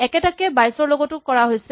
একেটাকে ২২ ৰ লগতো হৈছে